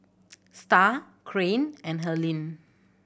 Starr Caryn and Helyn